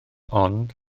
ond